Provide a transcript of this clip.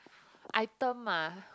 item ah